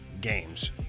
games